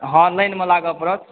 हँ लाइन मे लागऽ परत